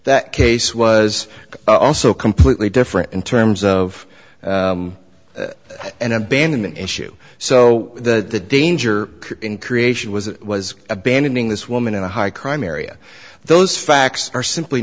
that case was also completely different in terms of an abandonment issue so that the danger in creation was it was abandoning this woman in a high crime area those facts are simply